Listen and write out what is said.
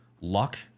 Luck